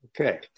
Okay